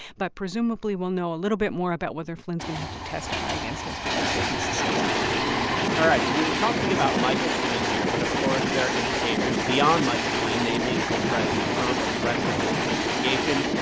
but presumably, we'll know a little bit more about whether flynn's going to have to testify against his former business associates by then all right. so we were talking about michael flynn here. but of course, there are implications beyond michael flynn namely, for president trump and the rest of this investigation.